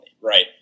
right